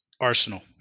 Arsenal